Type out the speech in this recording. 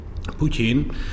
putin